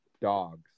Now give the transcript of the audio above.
dogs